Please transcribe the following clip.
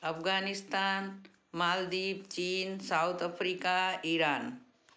Afghanistan Maldives China South Africa Iran